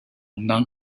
non